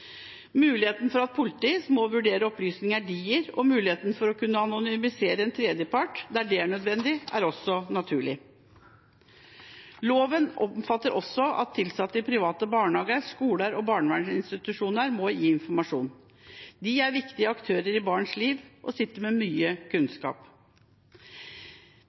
Muligheten for at politiet må vurdere opplysninger de gir, og muligheten til å kunne anonymisere en tredjepart der det er nødvendig, er også naturlig. Loven omfatter også at tilsatte i private barnehager, skoler og barnevernsinstitusjoner må gi informasjon. De er viktige aktører i barns liv og sitter med mye kunnskap.